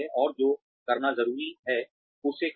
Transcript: और जो करना जरूरी है उसे करो